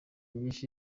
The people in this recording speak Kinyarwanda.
nyinshi